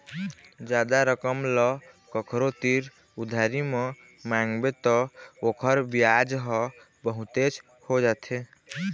जादा रकम ल कखरो तीर उधारी म मांगबे त ओखर बियाज ह बहुतेच हो जाथे